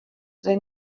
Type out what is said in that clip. they